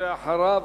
אחריו,